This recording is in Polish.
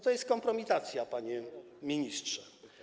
To jest kompromitacja, panie ministrze.